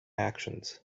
actions